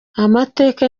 amateka